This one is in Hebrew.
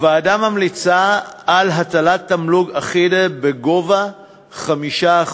הוועדה ממליצה להטיל תמלוג אחיד בגובה 5%,